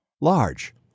large